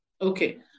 Okay